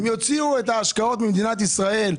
הם יוציאו את ההשקעות ממדינת ישראל.